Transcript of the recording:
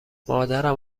مادرم